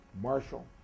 Marshall